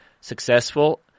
successful